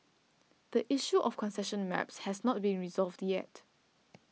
the issue of concession maps has not been resolved yet